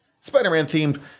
Spider-Man-themed